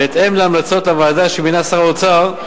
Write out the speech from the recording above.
ובהתאם להמלצות הוועדה שמינה שר האוצר,